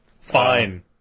Fine